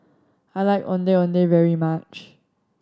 I like Ondeh Ondeh very much